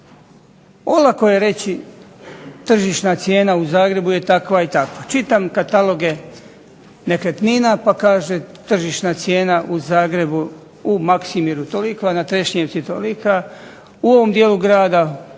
Olako je reći tržišna cijena u Zagrebu je takva i takva. Čitam kataloge nekretnina pa kaše, tržišna cijena u Zagrebu u Maksimiru toliko, na Trešnjevci tolika, u ovom dijelu grada